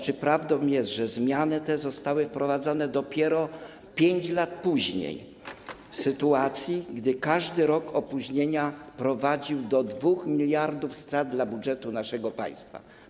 Czy prawdą jest, że zmiany te zostały wprowadzone dopiero 5 lat później, w sytuacji gdy każdy rok opóźnienia prowadził do 2 mld strat dla budżetu naszego państwa?